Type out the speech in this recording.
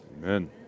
Amen